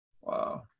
wow